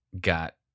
got